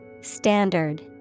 Standard